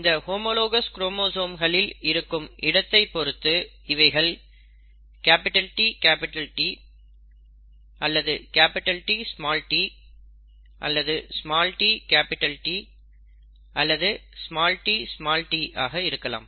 இந்த ஹோமோலாகஸ் குரோமோசோம்களில் இருக்கும் இடத்தைப் பொறுத்து இவைகள் TT Tt tT அல்லது tt ஆக இருக்கலாம்